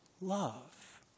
love